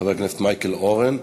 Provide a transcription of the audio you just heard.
חבר הכנסת מייקל אורן.